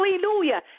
Hallelujah